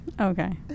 Okay